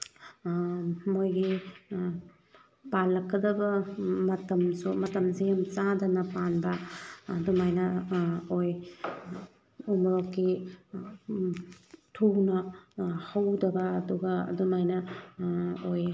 ꯃꯣꯏꯒꯤ ꯄꯥꯜꯂꯛꯀꯗꯕ ꯃꯇꯝꯁꯨ ꯃꯇꯝꯁꯦ ꯌꯥꯝ ꯆꯥꯗꯅ ꯄꯥꯟꯕ ꯑꯗꯨꯃꯥꯏꯅ ꯑꯣꯏ ꯎ ꯃꯣꯔꯣꯛꯀꯤ ꯊꯨꯅ ꯍꯧꯗꯕ ꯑꯗꯨꯒ ꯑꯗꯨꯃꯥꯏꯅ ꯑꯣꯏꯌꯦ